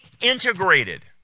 integrated